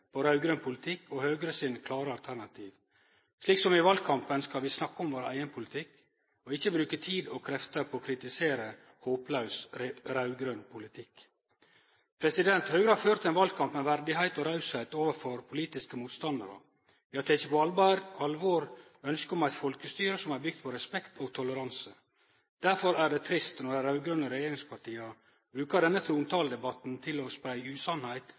vår eigen politikk, og ikkje bruke tid og krefter på å kritisere håplaus raud-grøn politikk. Høgre har ført ein valkamp med verdigheit og har vore raus overfor politiske motstandarar. Vi har teke på alvor ønsket om eit folkestyre som er bygt på respekt og toleranse. Derfor er det trist når dei raud-grøne regjeringspartia brukar denne trontaledebatten til å spreie